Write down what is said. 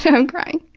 and i'm crying.